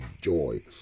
joy